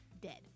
dead